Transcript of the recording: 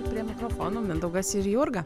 prie mikrofono mindaugas ir jurga